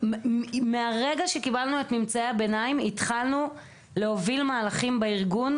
מהרגע שקיבלנו את ממצאי הביניים התחלנו להוביל מהלכים בארגון,